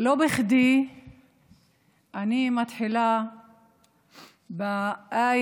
לא בכדי אני מתחילה באיה,